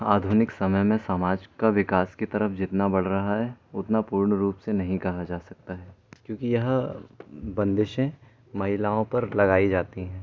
आधुनिक समय में समाज का विकास की तरफ जितना बढ़ रहा है उतना पूर्ण रूप से नहीं कहा जा सकता है क्योंकि यह बंदिशें महिलाओं पर लगाई जाती हैं